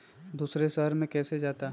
दूसरे शहर मे कैसे जाता?